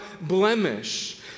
blemish